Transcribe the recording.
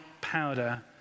powder